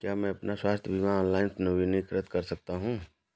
क्या मैं अपना स्वास्थ्य बीमा ऑनलाइन नवीनीकृत कर सकता हूँ?